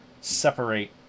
separate